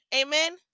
amen